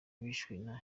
bishwe